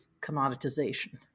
commoditization